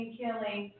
killing